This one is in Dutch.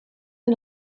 een